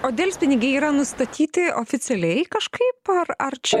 o delspinigiai yra nustatyti oficialiai kažkaip ar ar čia